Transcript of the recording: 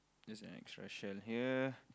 there's an extra shell here